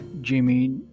jimmy